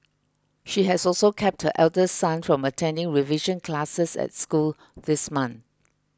she has also kept her elder son from attending revision classes at school this month